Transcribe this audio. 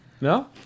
No